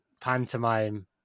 pantomime